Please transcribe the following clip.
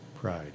pride